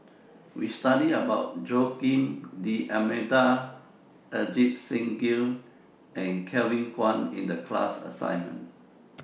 We studied about Joaquim D'almeida Ajit Singh Gill and Kevin Kwan in The class assignment